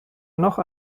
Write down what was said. noch